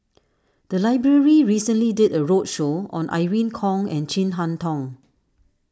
the library recently did a roadshow on Irene Khong and Chin Harn Tong